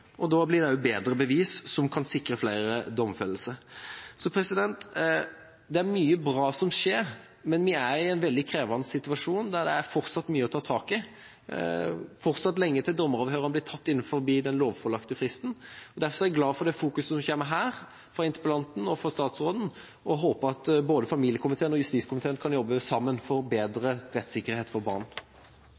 Da blir det også bedre bevis, som kan sikre flere domfellelser. Det er mye bra som skjer, men vi er i en veldig krevende situasjon der det fortsatt er mye å ta tak i. Det er fortsatt lenge til dommeravhørene blir tatt innenfor den lovpålagte fristen. Derfor er jeg glad for det fokuset som kommer her fra interpellanten og fra statsråden, og håper at både familiekomiteen og justiskomiteen kan jobbe sammen for bedre rettssikkerhet for barn.